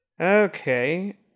okay